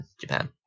Japan